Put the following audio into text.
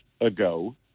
ago